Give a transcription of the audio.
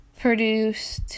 produced